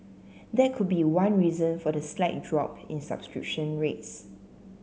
that could be one reason for the slight drop in subscription rates